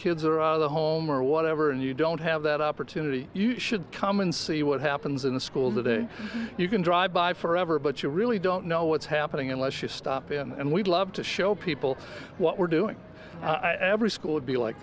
kid the home or whatever and you don't have that opportunity you should come and see what happens in the school today you can drive by forever but you really don't know what's happening unless you stop and we'd love to show people what we're doing i've every school would be like